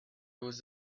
was